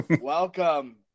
welcome